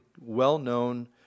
well-known